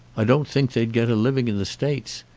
i don't think they'd get a living in the states,